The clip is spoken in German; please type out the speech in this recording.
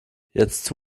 jetzt